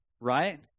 right